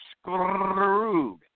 screwed